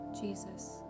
Jesus